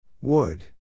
Wood